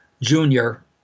junior